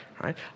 right